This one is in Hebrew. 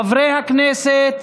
חברי הכנסת,